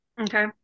okay